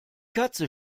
katze